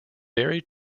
very